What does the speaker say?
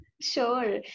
Sure